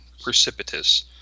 precipitous